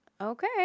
okay